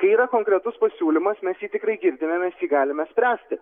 kai yra konkretus pasiūlymas mes jį tikrai girdime mes jį galime spręsti